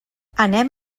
anem